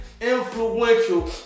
influential